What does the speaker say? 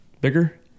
bigger